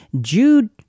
Jude